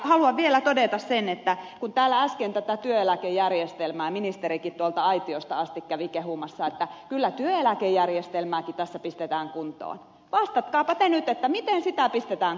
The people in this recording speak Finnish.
haluan vielä todeta sen kun täällä äsken tätä työeläkejärjestelmää kehuttiin ministerikin tuolta aitiosta asti kävi kehumassa että kyllä työeläkejärjestelmääkin tässä pistetään kuntoon niin vastatkaapa te nyt miten sitä pistetään kuntoon